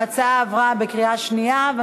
ההצעה עברה בקריאה שנייה.